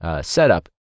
setup